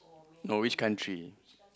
or which country